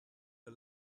you